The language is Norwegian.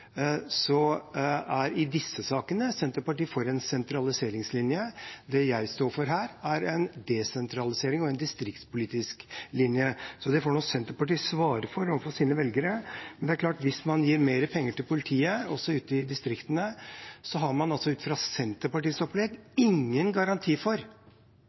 er Senterpartiet i disse sakene for en sentraliseringslinje. Det jeg står for her, er en desentralisering og en distriktspolitisk linje. Så det får Senterpartiet svare for overfor sine velgere. Hvis man gir mer penger til politiet, også ute i distriktene, har man ut fra Senterpartiets opplegg ingen garanti for